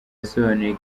yasobanuye